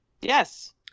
Yes